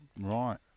Right